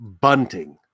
bunting